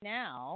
now